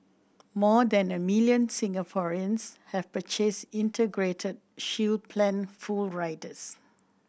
more than a million Singaporeans have purchased Integrated Shield Plan full riders